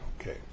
Okay